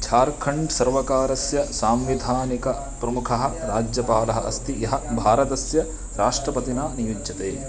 झार्खण्ड् सर्वकारस्य सांविधानिकप्रमुखः राज्यपालः अस्ति यः भारतस्य राष्ट्रपतिना नियुज्यते